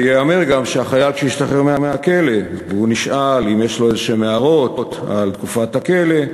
ייאמר גם שכשהחייל השתחרר מהכלא ונשאל אם יש לו הערות על תקופת הכלא,